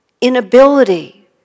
inability